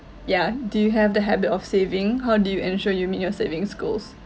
ya do you have the habit of saving how do you ensure you meet your savings goals